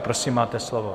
Prosím, máte slovo.